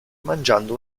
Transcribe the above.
mangiando